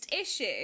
issue